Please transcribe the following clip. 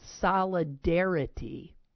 solidarity